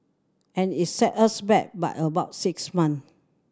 and it set us back by about six month